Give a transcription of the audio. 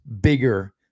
bigger